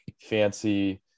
fancy